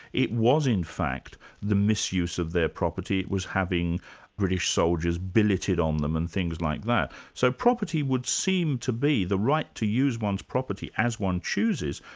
it was in fact the misuse of their property, it was having british soldiers billeted on um them, and things like that. so property would seem to be the right to use one's property as one chooses,